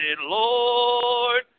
Lord